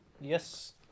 Yes